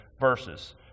verses